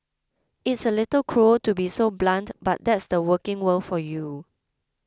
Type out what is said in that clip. it's a little cruel to be so blunt but that's the working world for you